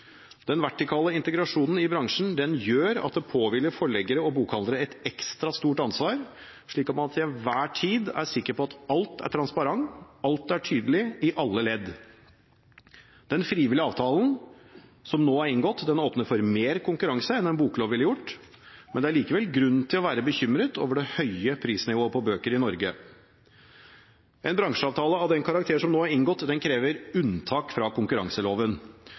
Den vertikale integrasjonen i bransjen gjør at det påhviler forleggere og bokhandlere et ekstra stort ansvar, slik at man til enhver tid er sikker på at alt er transparent og tydelig i alle ledd. Den frivillige avtalen som nå er inngått, åpner for mer konkurranse enn en boklov ville gjort, men det er likevel grunn til å være bekymret over det høye prisnivået på bøker i Norge. En bransjeavtale av den karakter som nå er inngått, krever unntak fra konkurranseloven,